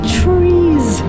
trees